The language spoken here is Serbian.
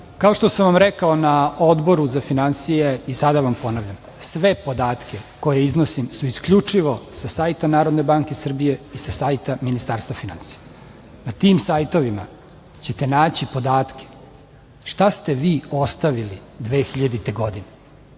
kao što sam vam rekao na Odboru za finansije i sada vam ponavljam, svi podaci koje iznosim su isključivo sa sajta Narodne banke Srbije i sa sajta Ministarstva finansija. Na tim sajtovima ćete naći podatke šta ste vi ostavili 2000. godine,